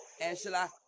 Angela